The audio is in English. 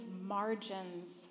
margins